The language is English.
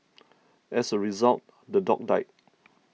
as a result the dog died